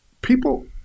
people